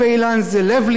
זה האגן הקדוש,